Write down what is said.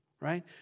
Right